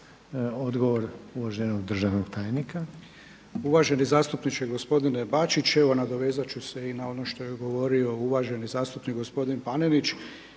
Odgovor uvaženog državnog tajnika. **Poljičak, Ivica** Uvaženi zastupniče, gospodine Bačić evo nadovezat ću se i na ono što je govorio uvaženi zastupnik gospodin Panenić